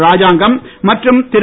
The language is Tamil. ராஜாங்கம் மற்றும் திரு